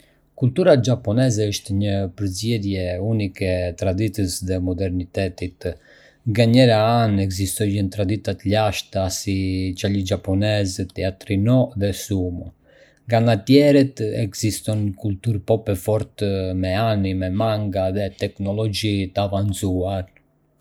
Kultura japoneze është një përzierje unike e traditës dhe modernitetit. Nga njëra anë, ekzistojnë tradita të lashta si çaji japonez, teatri Nō dhe sumo. Nga ana tjetër, ekziston një kulturë pop e fortë me anime, manga dhe teknologji të avancuar.